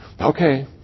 okay